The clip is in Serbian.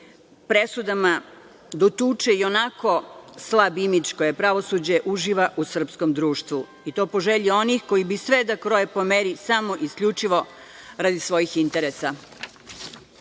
presudama dotuče i onako slabi imidž koje pravosuđe uživa u srpskom društvu i to po želji onih koji bi sve da kroje po meri samo isključivo iz svojih interesa. Vratimo